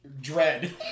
dread